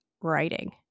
writing